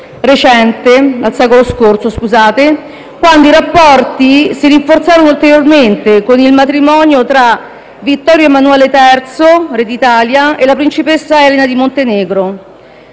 direttamente al secolo scorso, quando i rapporti si rinforzarono ulteriormente, con il matrimonio tra Vittorio Emanuele III, re d'Italia, e la principessa Elena di Montenegro.